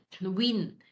win